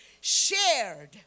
shared